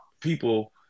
people